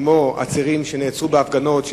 כמו עצירים שנעצרו בהפגנות,